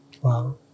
Wow